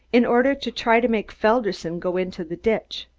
in order to try to make felderson go into the ditch.